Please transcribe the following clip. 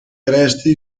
resti